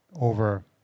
over